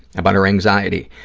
about her anxiety,